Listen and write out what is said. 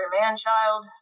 man-child